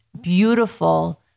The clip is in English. beautiful